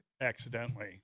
accidentally